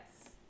Yes